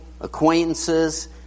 acquaintances